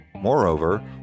Moreover